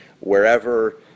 wherever